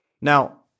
Now